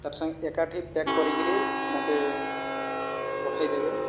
ତାର୍ ସାଙ୍ଗେ ଏକାଠି ପ୍ୟାକ୍ କରିକିରି ମୋତେ ପଠାଇଦେବେ